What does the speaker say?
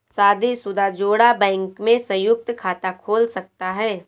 शादीशुदा जोड़ा बैंक में संयुक्त खाता खोल सकता है